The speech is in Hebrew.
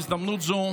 בהזדמנות זו